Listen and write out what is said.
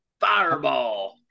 Fireball